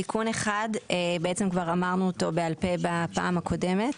תיקון אחד, שכבר אמרנו אותו בעל פה בפעם הקודמת,